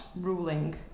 ruling